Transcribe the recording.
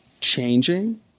changing